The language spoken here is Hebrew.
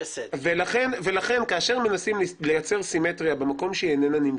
ולכן, כשמנסים לייצר סימטריה במקום שהיא לא נמצאת,